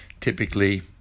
typically